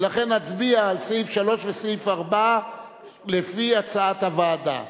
ולכן נצביע על סעיפים 3 ו-4 לפי הצעת הוועדה.